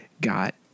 got